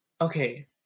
Okay